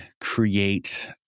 create